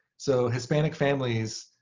so hispanic families